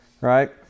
right